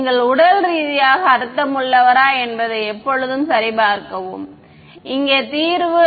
நீங்கள் உடல் ரீதியாக அர்த்தமுள்ளவரா என்பதை எப்போதும் சரிபார்க்கவும் இங்கே தீர்வு